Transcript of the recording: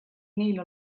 neil